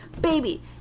baby